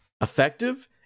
Effective